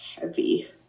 heavy